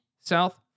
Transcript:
South